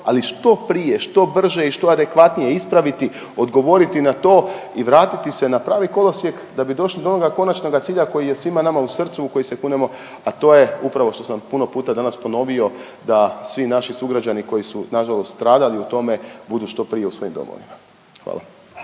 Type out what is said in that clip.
ali što prije, što brže i što adekvatnije ispraviti, odgovoriti na to i vratiti se na pravi kolosijek da bi došli do onoga konačnoga cilja koji je svima nama u srcu u koji se kunemo, a to je upravo što sam puno puta danas ponovio da svi naši sugrađani koji su nažalost stradali u tome budu što prije u svojim domovima. Hvala.